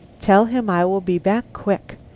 tell him i will be back quick.